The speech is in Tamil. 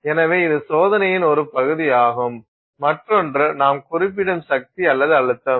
எனவே இது சோதனையின் ஒரு பகுதியாகும் மற்றொன்று நாம் குறிப்பிடும் சக்தி அல்லது அழுத்தம்